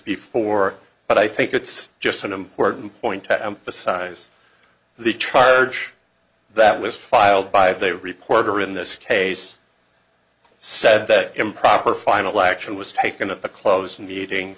before but i think it's just an important point to emphasize the charge that was filed by they report or in this case said that improper final action was taken to a closed meeting